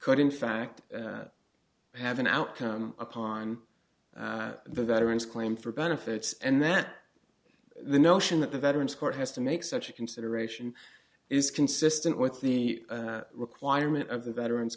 could in fact have an outcome upon the veterans claim for benefits and that the notion that the veterans court has to make such a consideration is consistent with the requirement of the veterans